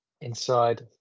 Inside